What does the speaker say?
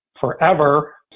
forever